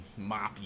moppy